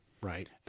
Right